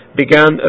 began